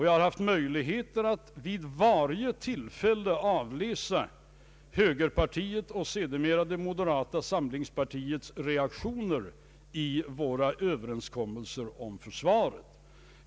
Jag har haft möjligheter att vid varje tillfälle avläsa högerpartiets och sedermera moderata samlingspartiets reaktioner i våra överenskommelser om försvaret.